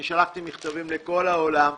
אני שלחתי מכתבים לכל העולם.